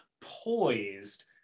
poised